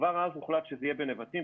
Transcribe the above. כבר אז הוחלט שזה יהיה בנבטים,